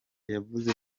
yavuze